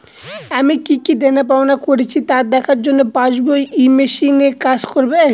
আমি কি কি দেনাপাওনা করেছি তা দেখার জন্য পাসবুক ই মেশিন কাজ করবে?